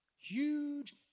huge